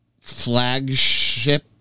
flagship